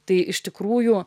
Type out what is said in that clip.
tai iš tikrųjų